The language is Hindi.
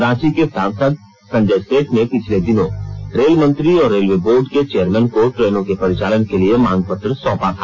रांची के सांसद संजय सेठ ने पिछले दिनों रेल मंत्री और रेलवे बोर्ड के चेयरमेन को ट्रेनों के परिचालन के लिए मांग पत्र सौंपा था